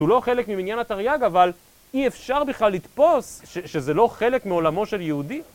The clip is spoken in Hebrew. הוא לא חלק ממניין התרייג, אבל אי אפשר בכלל לתפוס שזה לא חלק מעולמו של יהודי?